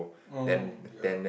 oh ya